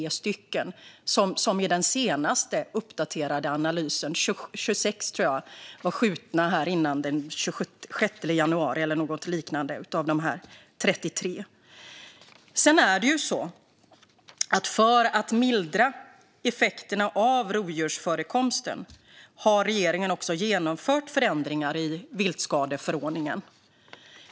Av dessa var 26 skjutna, tror jag, i den senast uppdaterade analysen fram till den 26 januari eller något liknande. För att mildra effekterna av rovdjursförekomst har regeringen också genomfört förändringar i viltskadeförordningen.